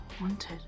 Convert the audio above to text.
Wanted